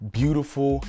beautiful